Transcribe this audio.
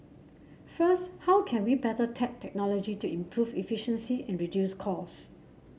first how can we better tap technology to improve efficiency and reduce cost